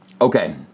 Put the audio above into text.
Okay